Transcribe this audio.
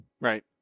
Right